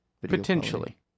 potentially